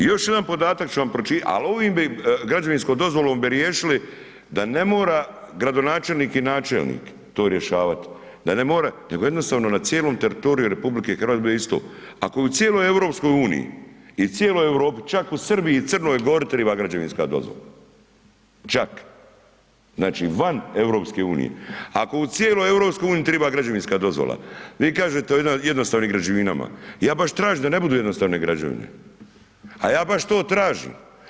Još jedan podatak ću vam pročitati, al ovim bi, građevinskom dozvolom bi riješili da ne mora gradonačelnik i načelnik to rješavat, da ne more, nego jednostavno na cijelo teritoriju RH bi bilo isto, ako bi cijeloj EU i cijeloj Europi, čak u Srbiji i Crnoj Gori triba građevinska dozvola, čak, znači, van EU, ako u cijeloj EU triba građevinska dozvola, vi kažete jednostavnim građevinama, ja baš tražim da ne budu jednostavne građevine, a ja baš to tražim.